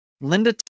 Linda